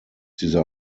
dieser